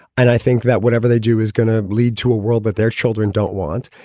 and i think that whatever they do is going to lead to a world that their children don't want.